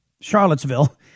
Charlottesville